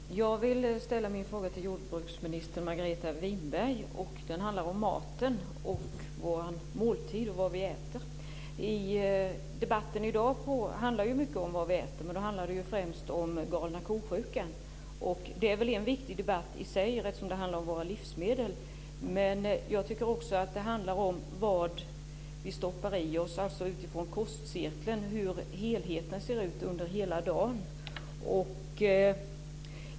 Fru talman! Jag vill ställa min fråga till jordbruksminister Margareta Winberg. Den handlar om maten, våra måltider och vad vi äter. Debatten i dag handlar ju mycket om vad vi äter, men då handlar det främst om galna ko-sjukan. Det är väl en viktig debatt i sig, eftersom den handlar om våra livsmedel. Men jag tycker också att det är viktigt vad vi stoppar i oss utifrån kostcirkeln, alltså hur helheten ser ut under hela dagen.